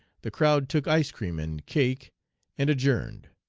the crowd took ice-cream and cake and adjourned.